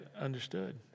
understood